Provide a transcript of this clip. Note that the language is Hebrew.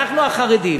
אנחנו החרדים,